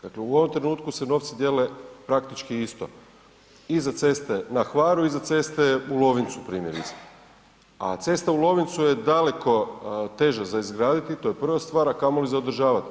Dakle u ovom trenutku se novci dijele praktički isto i za ceste na Hvaru i za ceste u Lovincu, primjerice, a cesta u Lovincu je daleko teža za izgraditi, to je prva stvar, a kamoli za održati.